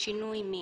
לשינוי מין?".